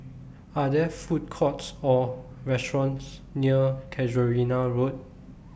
Are There Food Courts Or restaurants near Casuarina Road